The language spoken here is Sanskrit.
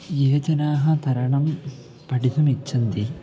ये जनाः तरणं पठितुमिच्छन्ति